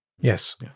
Yes